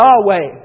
Yahweh